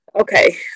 Okay